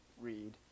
read